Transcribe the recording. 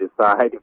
decide